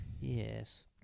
Yes